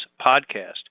podcast